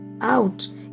out